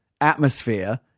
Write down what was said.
atmosphere